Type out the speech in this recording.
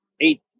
eight-